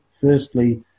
Firstly